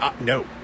No